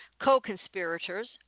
Co-conspirators